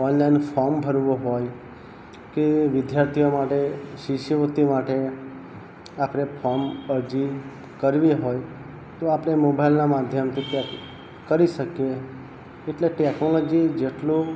online form ભરવું હોય કે વિદ્યાર્થીઓ માટે શિષ્યવૃત્તિ માટે આપણે ફોર્મ અરજી કરવી હોય તો આપણે મોબાઈલના માધ્યમથી કરી શકીએ એટલે ટેકનોલોજી જેટલો